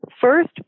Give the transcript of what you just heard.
First